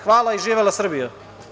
Hvala i živela Srbija.